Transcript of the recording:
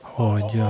hogy